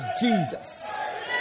Jesus